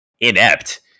inept